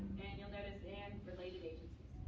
and you'll notice and related agencies.